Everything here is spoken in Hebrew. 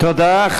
תודה.